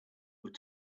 were